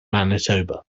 manitoba